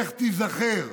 איך תיזכר?